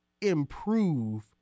improve